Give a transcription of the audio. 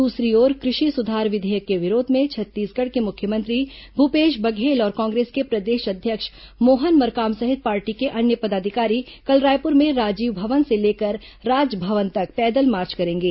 दूसरी ओर कृषि सुधार विधेयक के विरोध में छत्तीसगढ़ के मुख्यमंत्री भूपेश बघेल और कांग्रेस के प्रदेश अध्यक्ष मोहन मरकाम सहित पार्टी के अन्य पदाधिकारी कल रायपुर में राजीव भवन से लेकर राजभवन तक पैदल मार्च करेंगे